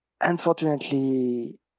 Unfortunately